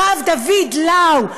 הרב דוד לאו,